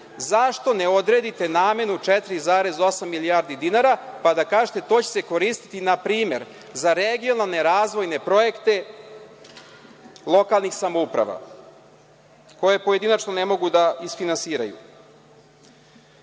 zašto ne odredite namenu 4,8 milijardi dinara pa da kažete – to će se koristiti npr. za regionalne razvojne projekte lokalnih samouprava koje pojedinačno ne mogu da isfinansiraju? Navešću